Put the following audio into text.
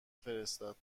فرستاد